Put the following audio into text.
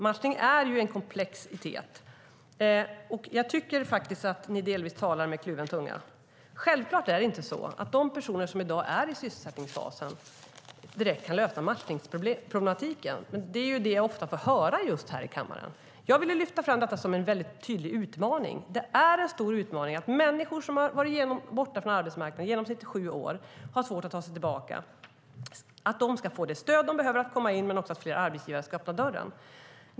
Matchning är en komplexitet, och jag tycker att ni delvis talar med kluven tunga. Det är självfallet inte så att de personer som i dag är i sysselsättningsfasen direkt kan lösa matchningsproblematiken, men det är just detta jag ofta får höra här i kammaren. Jag vill lyfta fram detta som en tydlig utmaning. Människor som har varit borta från arbetsmarknaden i genomsnitt i sju år har svårt att ta sig tillbaka. Det är en stor utmaning att de ska få det stöd de behöver för att komma in och att fler arbetsgivare ska öppna dörren.